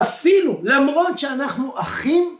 אפילו למרות שאנחנו אחים